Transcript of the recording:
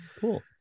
Cool